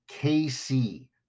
KC